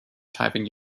typing